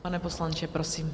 Pane poslanče, prosím.